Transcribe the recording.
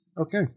Okay